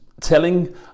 telling